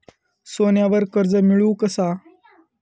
सोन्यावर कर्ज मिळवू कसा?